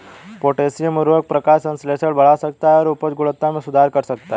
potassium उवर्रक प्रकाश संश्लेषण बढ़ा सकता है और उपज गुणवत्ता में सुधार कर सकता है